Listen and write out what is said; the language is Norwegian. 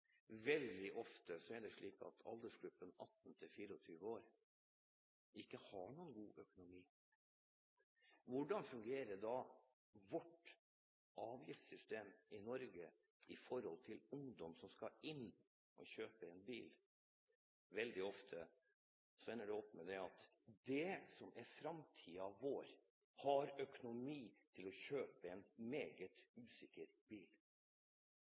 aldersgruppen 18–24 veldig ofte ikke har god økonomi? Hvordan fungerer vårt avgiftssystem i Norge for ungdom som skal kjøpe seg en bil? Veldig ofte ender det opp med at det som er framtiden vår, bare har økonomi til å kjøpe en meget usikker bil.